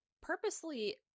purposely